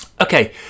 Okay